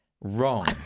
Wrong